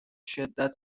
شدت